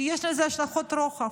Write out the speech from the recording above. כי יש לזה השלכות רוחב,